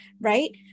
right